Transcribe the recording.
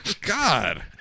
God